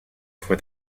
for